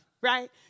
right